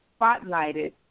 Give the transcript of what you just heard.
spotlighted